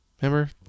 remember